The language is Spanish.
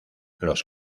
los